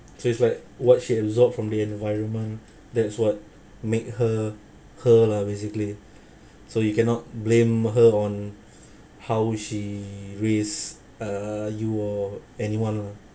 so it's like what she absorbed from the environment that's what make her her lah basically so you cannot blame her on how she raise uh you or anyone lah